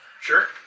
Sure